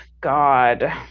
god